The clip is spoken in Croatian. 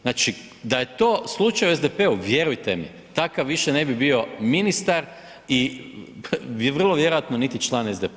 Znači, da je to slučaj u SDP-u vjerujete mi takav više ne bi bio ministar i vrlo vjerojatno niti član SDP-a.